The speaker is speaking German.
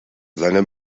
seine